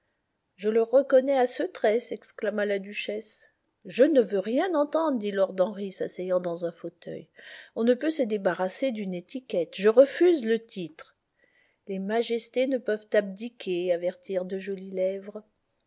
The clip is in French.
je le reconnais à ce trait s'exclama la duchesse je ne veux rien entendre dit lord henry s'asseyant dans un fauteuil on ne peut se débarrasser d'une étiquette je refuse le titre les majestés ne peuvent abdiquer avertirent de jolies lèvres